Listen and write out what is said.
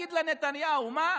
להגיד לנתניהו: מה,